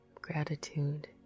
gratitude